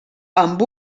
amb